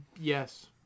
Yes